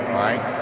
right